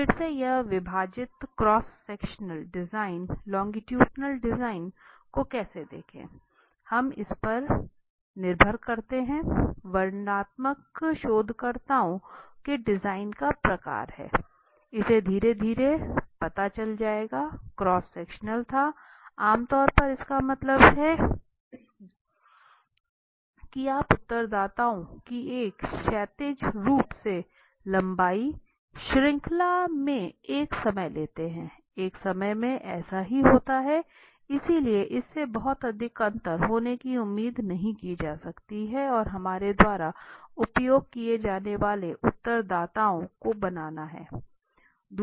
तो फिर से यह विभाजित cross sectional design longitudinal design को कैसे देखें यह इस पर निर्भर करता है वर्णनात्मक शोधकर्ताओं के डिजाइन का प्रकार है इसे धीरे धीरे पता चल जाएगा क्रॉस सेक्शनल थे आम तौर पर इसका मतलब है कि आप उत्तरदाताओं की एक क्षैतिज रूप से लंबी श्रृंखला में एक समय लेते हैं एक समय में ऐसा ही होता है इसलिए इससे बहुत अधिक अंतर होने की उम्मीद नहीं की जा सकती है हमारे द्वारा उपयोग किए जाने वाले उत्तरदाताओं को बनाना है